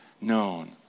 known